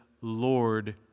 Lord